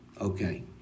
Okay